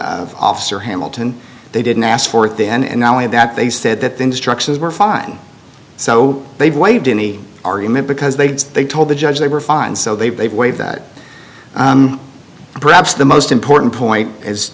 of officer hamilton they didn't ask for at the end not only that they said that the instructions were fine so they've waived any argument because they they told the judge they were fine so they've waive that perhaps the most important point